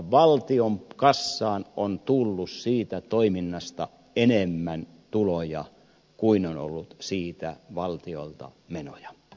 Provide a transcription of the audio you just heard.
valtion kassaan on tullut siitä toiminnasta enemmän tuloja kuin siitä on ollut valtiolle menoja